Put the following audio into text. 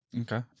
okay